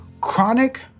chronic